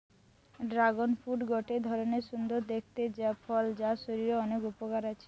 dragon fruit গটে ধরণের সুন্দর দেখতে ফল যার শরীরের অনেক উপকার আছে